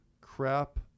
crap